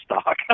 stock